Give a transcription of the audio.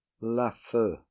Lafeu